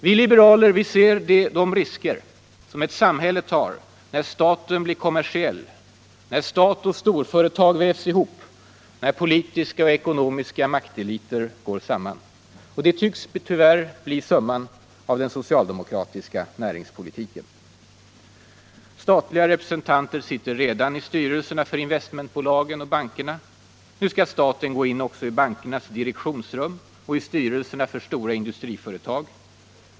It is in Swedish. Vi liberaler ser de risker som ett samhälle tar när staten blir kommersiell, när stat och storföretag vävs ihop, när politiska och ekonomiska makteliter går samman. Det tycks tyvärr bli summan av den socialdemokratiska näringspolitiken. Statliga representanter sitter redan i styrelserna för investmentbolagen och bankerna. Nu skall staten gå in också i bankernas direktionsrum och i styrelserna för stora industriföretag i landet.